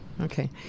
okay